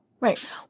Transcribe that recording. Right